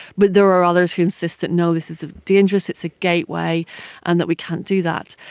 but there are others who insist that no this is um dangerous, it's a gateway and that we can't do that.